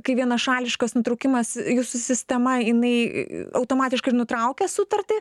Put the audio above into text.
kai vienašališkas nutrūkimas jūsų sistema jinai automatiškai nutraukia sutartį